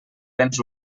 béns